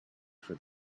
for